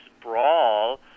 brawl